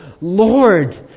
Lord